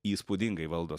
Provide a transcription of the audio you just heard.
įspūdingai valdo